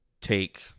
take